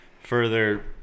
further